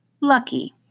Lucky